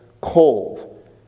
cold